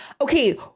okay